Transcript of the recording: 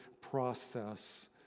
process